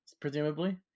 presumably